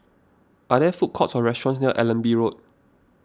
are there food courts or restaurants near Allenby Road